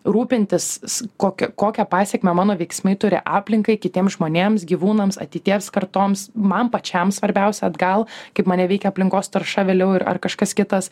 rūpintis kokį kokią pasekmę mano veiksmai turi aplinkai kitiem žmonėms gyvūnams ateities kartoms man pačiam svarbiausia atgal kaip mane veikia aplinkos tarša vėliau ir ar kažkas kitas